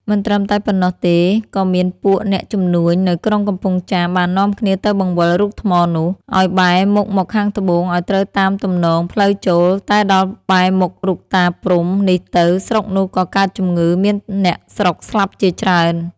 មិនត្រឹមតែប៉ុណ្ណោះទេក៏មានពួកអ្នកជំនួញនៅក្រុងកំពង់ចាម បាននាំគ្នាទៅបង្វិលរូបថ្មនោះ ឲ្យបែរមុខមកខាងត្បូងឲ្យត្រូវតាមទំនងផ្លូវចូល តែដល់បែរមុខរូបតា ព្រហ្ម នេះទៅ ស្រុកនោះក៏កើតជំងឺ មានអ្នកស្រុកស្លាប់ជាច្រើន ។